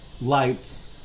Lights